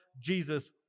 Jesus